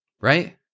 right